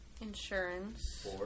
insurance